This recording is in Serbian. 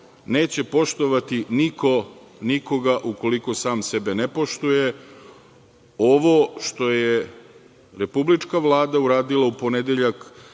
neće poštovati niko nikoga ukoliko sam sebe ne poštuje. Ovo što je Republička Vlada uradila u ponedeljak